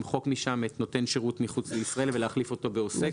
למחוק משם את "נותן שירות מחוץ לישראל" ולהחליף אותו ב"עוסק".